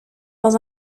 dans